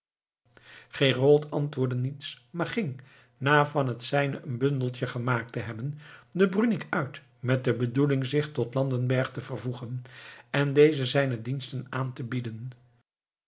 gerold antwoordde niets maar ging na van het zijne een bundeltje gemaakt te hebben den bruneck uit met de bedoeling zich tot landenberg te vervoegen en dezen zijne diensten aan te bieden